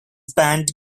banned